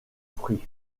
fruits